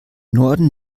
norden